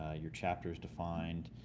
ah your chapters defined,